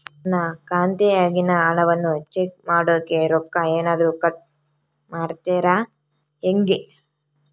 ನನ್ನ ಖಾತೆಯಾಗಿನ ಹಣವನ್ನು ಚೆಕ್ ಮಾಡೋಕೆ ರೊಕ್ಕ ಏನಾದರೂ ಕಟ್ ಮಾಡುತ್ತೇರಾ ಹೆಂಗೆ?